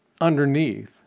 underneath